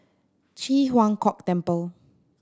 Ji Huang Kok Temple